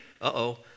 uh-oh